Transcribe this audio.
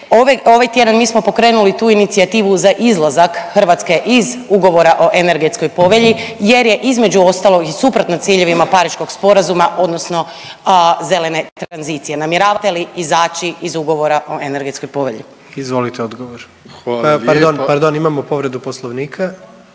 Ovaj tjedan mi smo pokrenuli tu inicijativu za izlazak Hrvatske iz Ugovora o energetskoj povelji jer je između ostalog i suprotno ciljevima Pariškog sporazuma odnosno zelene tranzicije. Namjeravate li izaći iz Ugovora o energetskoj povelji? **Jandroković, Gordan (HDZ)** Izvolite odgovor.